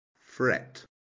Fret